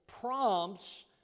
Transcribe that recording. prompts